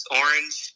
orange